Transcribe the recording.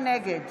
נגד